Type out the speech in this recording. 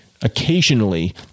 Occasionally